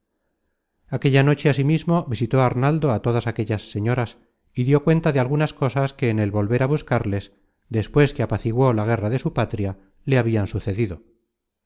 aquella noche asimismo visitó arnaldo á todas aquellas señoras y dió cuenta de algunas cosas que en el volver á buscarles despues que apaciguó la guerra de su patria le habian sucedido